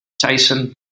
Tyson